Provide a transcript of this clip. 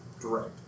direct